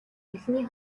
хэлний